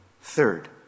third